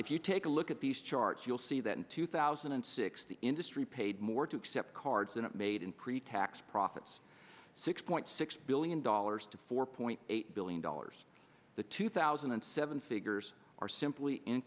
if you take a look at these charts you'll see that in two thousand and six the industry paid more to accept cards and made in pretax profits six point six billion dollars to four point eight billion dollars the two thousand and seven figures are simply in